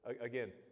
again